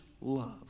love